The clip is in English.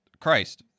Christ